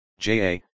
Ja